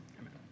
amen